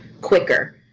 quicker